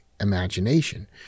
imagination